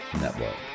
Network